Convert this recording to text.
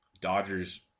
Dodgers